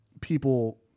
people